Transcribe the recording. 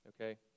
okay